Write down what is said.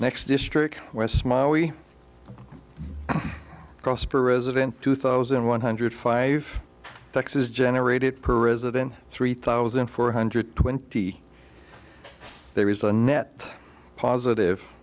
next district west smile we prosperous event two thousand one hundred five taxes generated per resident three thousand four hundred twenty there is a net positive